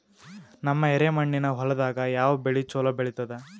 ನಮ್ಮ ಎರೆಮಣ್ಣಿನ ಹೊಲದಾಗ ಯಾವ ಬೆಳಿ ಚಲೋ ಬೆಳಿತದ?